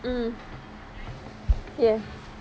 mm ya